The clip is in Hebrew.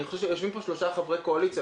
יושבים פה שלושה חברי קואליציה,